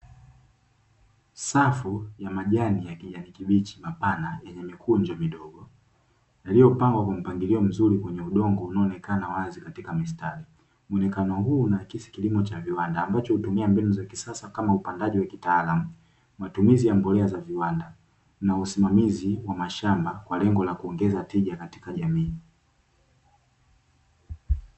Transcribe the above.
Safu ya majani ya kijani kibichi, mapana yenye mikunjo midogo, yaliyopangwa kwa mpangilio mzuri kwenye udongo unaonekana wazi katika mistari; muonekano huu unaakisi kilimo cha viwanda, ambacho hutumia mbinu za kisasa kama upandaji wa kitaalamu, matumizi ya mbolea za viwanda, na usimamizi wa mashamba, kwa lengo la kuongeza wateja katika jamii.